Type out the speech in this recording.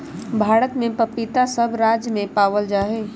भारत में पपीता सब राज्य में पावल जा हई